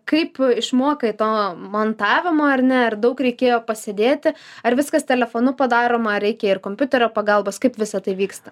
kaip išmokai to montavimo ar ne ar daug reikėjo pasėdėti ar viskas telefonu padaroma ar reikia ir kompiuterio pagalbos kaip visa tai vyksta